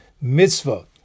mitzvah